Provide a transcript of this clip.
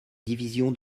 division